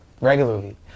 regularly